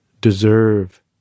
deserve